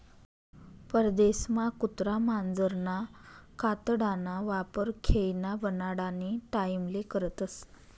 परदेसमा कुत्रा मांजरना कातडाना वापर खेयना बनाडानी टाईमले करतस